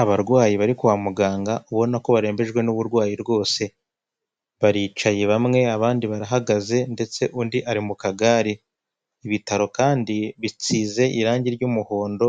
Abarwayi bari kwa muganga ubona ko barembeje n'uburwayi rwose, baricaye bamwe, abandi baragagaze, ndetse undi ari mu kagare. Ibitaro kandi bisize irangi ry'umuhondo